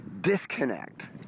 disconnect